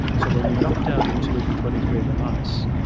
so when we knocked out interleukin twenty three in the mice,